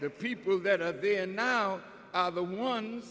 the people that are there now are the one